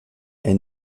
est